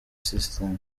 system